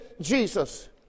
Jesus